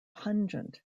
pungent